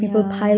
yeah